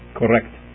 correct